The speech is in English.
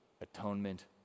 atonement